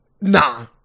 Nah